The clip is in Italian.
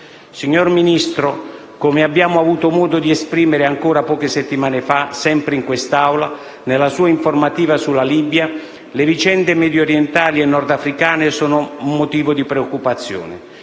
Signor Ministro, come abbiamo avuto modo di esprimere ancora poche settimane fa, sempre in quest'Aula, in occasione della sua informativa sulla Libia le vicende mediorientali e nordafricane sono motivo di preoccupazione.